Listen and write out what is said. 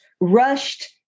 rushed